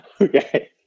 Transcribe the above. Okay